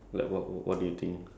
story behind it